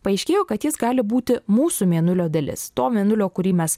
paaiškėjo kad jis gali būti mūsų mėnulio dalis to mėnulio kurį mes